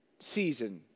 season